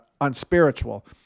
unspiritual